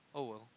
oh well